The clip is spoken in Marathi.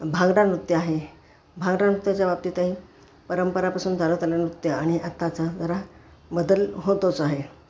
भांगडा नृत्य आहे भांगडा नृत्याच्याबाबतीतही परंपरापासून चालत आलेलं नृत्य आणि आत्ताचा जरा बदल होतोच आहे